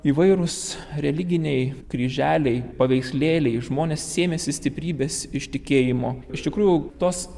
įvairūs religiniai kryželiai paveikslėliai žmonės sėmėsi stiprybės iš tikėjimo iš tikrų tos